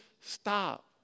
stop